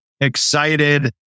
excited